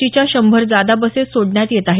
टीच्या शंभर जादा बसेस सोडण्यात येत आहेत